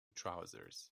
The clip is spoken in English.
trousers